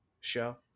show